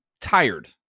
tired